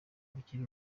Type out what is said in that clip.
rukiri